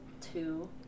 two